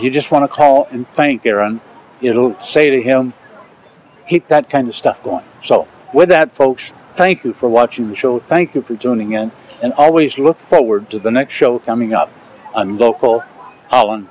you just want to call in think they're on it'll say to him he's got kind of stuff going with that folks thank you for watching the show thank you for joining in and always look forward to the next show coming up on local all on